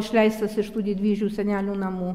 išleistas iš tų didvyžių senelių namų